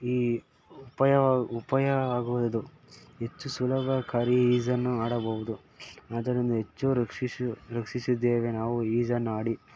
ಈ ಉಪಯೋ ಉಪಯೋಗವಾಗುವುದು ಹೆಚ್ಚು ಸುಲಭಕಾರಿ ಈಜನ್ನು ಆಡಬೌದು ಅದರಿಂದ ಹೆಚ್ಚು ರಕ್ಷಿಸಿ ರಕ್ಷಿಸಿದ್ದೇವೆ ನಾವು ಈಜನ್ನು ಆಡಿ